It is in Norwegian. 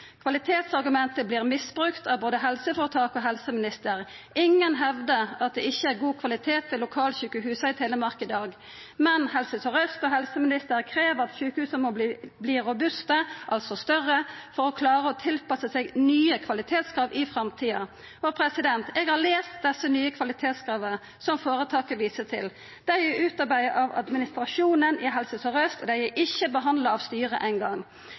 Kvalitetsargumentet vert misbrukt av både helseføretaka og helseministeren. Ingen hevdar at det ikkje er god kvalitet ved lokalsjukehusa i Telemark i dag. Men Helse Sør-Øst og helseministeren krev at sjukehusa må verta robuste, altså større, for å klara å tilpassa seg nye kvalitetskrav i framtida. Eg har lese desse nye kvalitetskrava som føretaka viser til. Dei er utarbeidde av administrasjonen i Helse Sør-Øst, og er ikkje behandla av styret